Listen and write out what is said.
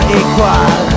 equal